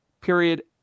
period